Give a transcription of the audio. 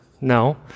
no